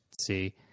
see